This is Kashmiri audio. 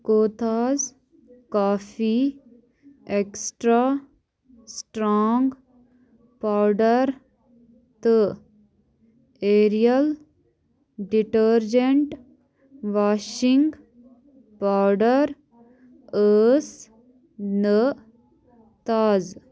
کوتھاز کافی اٮ۪کٕسٹرٛا سٕٹرٛانٛگ پاوڈَر تہٕ ایرِیَل ڈِٹٔرجنٛٹ واشِنٛگ پاوڈَر ٲس نہٕ تازٕ